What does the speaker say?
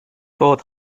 both